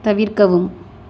தவிர்க்கவும்